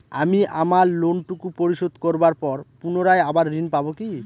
আমি আমার লোন টুকু পরিশোধ করবার পর পুনরায় আবার ঋণ পাবো কি?